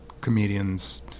comedians